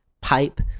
pipe